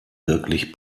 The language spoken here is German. wirklich